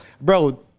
bro